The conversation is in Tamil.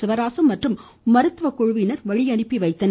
சிவராசு மற்றும் மருத்துவ குழுவினர் வழியனுப்பி வைத்தனர்